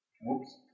Whoops